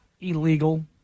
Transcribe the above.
illegal